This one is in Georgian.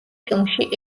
ფილმში